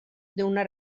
d’una